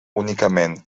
únicament